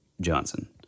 Johnson